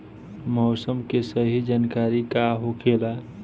मौसम के सही जानकारी का होखेला?